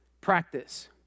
practice